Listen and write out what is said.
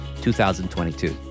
2022